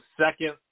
second